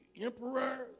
emperor